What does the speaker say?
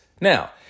Now